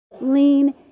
lean